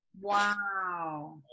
Wow